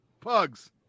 Pugs